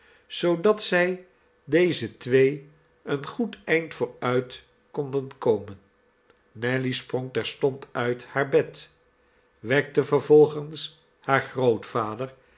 zoodat zij deze twee een goed eind vooruit konden komen nelly sprong terstond uit haar bed wekte vervolgens haar grootvader